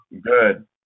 Good